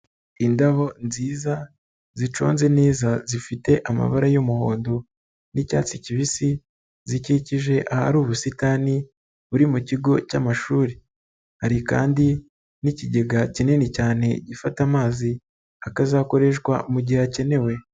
lndabo nziza ziconze neza, zifite amabara y'umuhondo n'icyatsi kibisi, zikikije ahari ubusitani buri mu kigo cy'amashuri. Hari kandi n'ikigega kinini cyane gifata amazi, akazakoreshwa mu gihe akenewe.